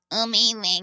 amazing